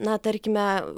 na tarkime